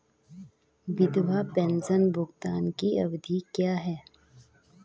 विधवा पेंशन भुगतान की अवधि क्या है?